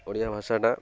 ଓଡ଼ିଆ ଭାଷାଟା